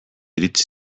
iritsi